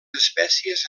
espècies